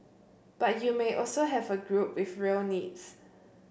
but you may also have a group with real needs